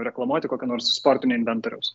reklamuoti kokio nors sportinio inventoriaus